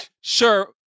Sure